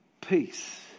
Peace